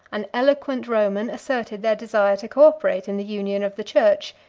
an eloquent roman asserted their desire to cooperate in the union of the church,